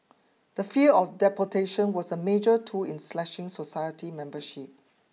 the fear of deportation was a major tool in slashing society membership